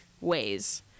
ways